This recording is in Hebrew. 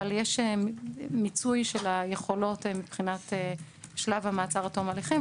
אבל יש מיצוי של היכולות מבחינת שלב המעצר עד תום ההליכים,